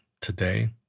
today